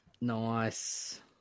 Nice